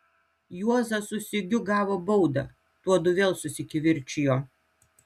juozas su sigiu gavo baudą tuodu vėl susikivirčijo